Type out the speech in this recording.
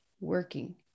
working